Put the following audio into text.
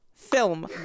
film